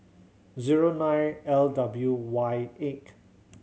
zero nine L W Y eight